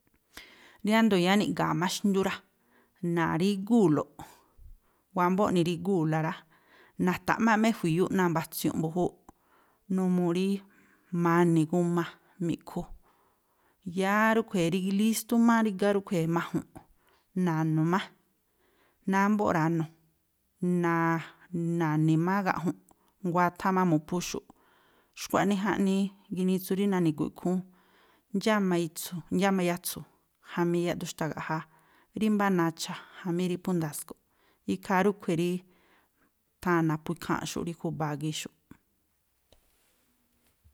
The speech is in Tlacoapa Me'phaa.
Riándo̱o yáá niꞌga̱a̱ má xndú rá. Na̱rígúu̱loꞌ, wámbóꞌ ni̱rígúu̱la rá, na̱ta̱ꞌmáꞌ má e̱jui̱yúꞌ náa̱ mba̱tsiunꞌ mbu̱júúꞌ, numuu rí ma̱ni̱ guma mi̱ꞌkhu, yáá rúꞌkhui̱ lístú má rígá rúꞌkhui̱ maju̱nꞌ, na̱nu̱ má, námbóꞌ ra̱nu̱, na̱ni̱ má gaꞌju̱nꞌ, nguáthá má mu̱phúxu̱ꞌ, xkua̱ꞌnii jaꞌnii ginitsu rí na̱ni̱gu̱ꞌ ikhúún. Ndxáma itsu̱, ndxáma yatsu̱ jamí yaꞌdu xtagaꞌjáá, rí mbá nacha̱ jamí rí phú ndasko̱ꞌ. Ikhaa rúꞌkhui̱ rí tháa̱n naphú ikháa̱nꞌxu̱ꞌ rí júba̱a gii̱ xúꞌ.